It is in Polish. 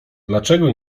dlaczego